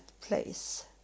place